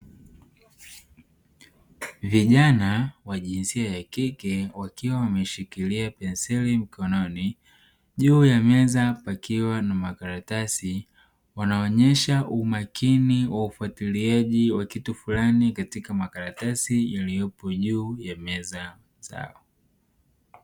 Vijana wa jinsia ya kike wakiwa wameshikilia penseli mkononi juu ya meza pakiwa na makaratasi wanaonyesha umakini wa ufatiliaji wa kitu fulani katika makaratasi yaliyopo juu ya meza zao.